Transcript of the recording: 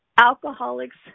Alcoholics